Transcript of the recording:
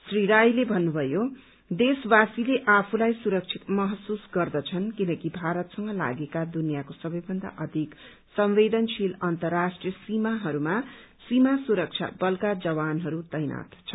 श्री रायले भन्नुभयो देशवासीले आफूलाई सुरक्षित महसूस गर्दछन् किनकि भारतसँग लागेका दुनियाँको सबैभन्दा अधिक संवदेनशीन अन्तर्राष्ट्रीय सीमाहरूमा सीमा सुरक्षा बलका जवान तैनाथ छन्